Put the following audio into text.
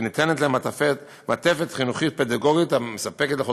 וניתנת להם מעטפת חינוכית ופדגוגית המספקת לכל